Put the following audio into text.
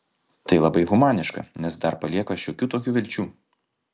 tai labai humaniška nes dar palieka šiokių tokių vilčių